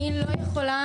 אני לא יכולה